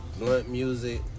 bluntmusic